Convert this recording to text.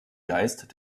geist